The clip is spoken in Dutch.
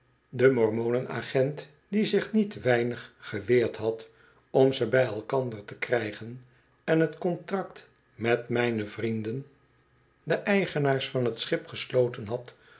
de mormonen agent die zich niet weinig geweerd had om ze bij elkaar te krijgen en t contract met mijne vrienden de eigenaars van t schip gesloten had